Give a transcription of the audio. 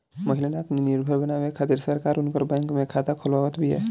महिलन आत्मनिर्भर बनावे खातिर सरकार उनकर बैंक में खाता खोलवावत बिया